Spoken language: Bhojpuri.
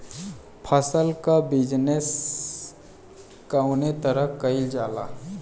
फसल क बिजनेस कउने तरह कईल जाला?